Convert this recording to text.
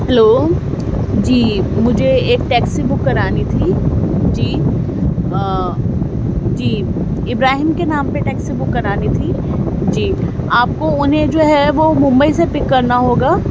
hello جی مجھے ایک ٹیکسی بک کرانی تھی جی جی ابراہیم کے نام پہ ٹیکسی بک کرانی تھی جی آپ کو انہیں جو ہے وہ ممبئی سے پک کرنا ہوگا